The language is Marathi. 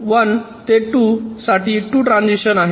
1 ते 2 साठी 2 ट्रांझिशन्स आहेत